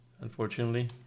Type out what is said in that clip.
Unfortunately